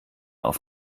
auf